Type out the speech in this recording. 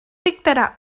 dictarà